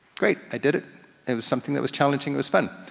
great, i did it, it was something that was challenging, it was fun.